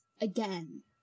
again